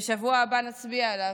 ובשבוע הבא נצביע עליו.